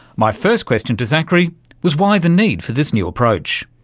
my first question to zachary was why the need for this new approach.